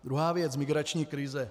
Druhá věc migrační krize.